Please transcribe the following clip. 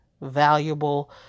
valuable